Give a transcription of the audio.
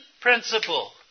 principle